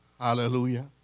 Hallelujah